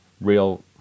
real